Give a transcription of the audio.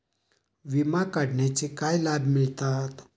विमा काढण्याचे काय लाभ मिळतात?